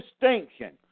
distinction